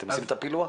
אתם עושים את הפילוח?